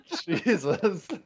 Jesus